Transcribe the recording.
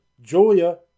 Julia